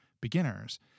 beginners